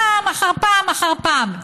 פעם אחר פעם אחר פעם,